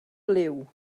liw